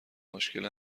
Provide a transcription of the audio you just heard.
مشکل